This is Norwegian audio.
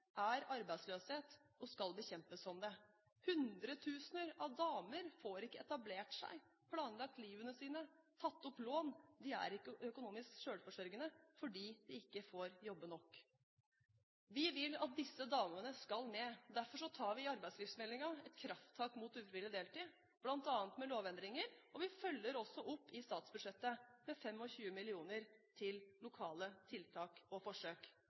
er arbeidsløshet og skal bekjempes som det. Hundretusener av damer får ikke etablert seg, planlagt livene sine, tatt opp lån – de er ikke økonomisk selvforsørgende fordi de ikke får jobbe nok. Vi vil at disse damene skal med. Derfor tar vi i arbeidslivsmeldingen et krafttak mot ufrivillig deltid, bl.a. med lovendringer. Vi følger også opp i statsbudsjettet med 25 mill. kr til lokale tiltak og forsøk.